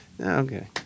Okay